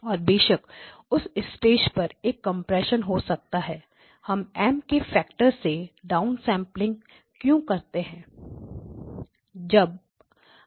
और बेशक उस स्टेज पर एक कंप्रेशन हो सकता है हम M के फैक्टर से डाउनसेंपलिंग क्यों करते हैं